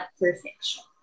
perfection